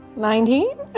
Nineteen